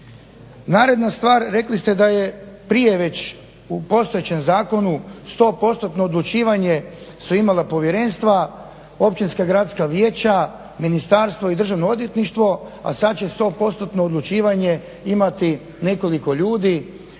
Naredna stvar, rekli ste da je prije već u postojećem zakonu 100%-tno odlučivanje su imala povjerenstva, ministarstvo i državno odvjetništvo, a sad će 100%-tno odlučivanje imati nekoliko ljudi